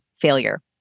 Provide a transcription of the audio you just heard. failure